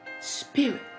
spirit